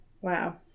Wow